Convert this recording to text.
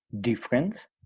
different